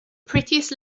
prettiest